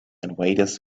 invaders